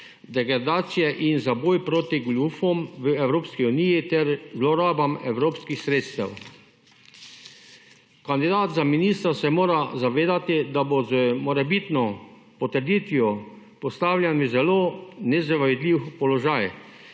degradacije in za boj proti goljufom v Evropski uniji ter zlorabam evropskih sredstev. Kandidat za ministra se mora zavedati, da bo z morebitno potrditvijo postavljen v zelo nezavidljiv položaj.